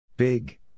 Big